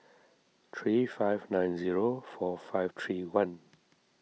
three five nine zero four five three one